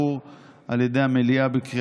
את הדברים פעם